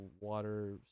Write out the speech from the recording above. water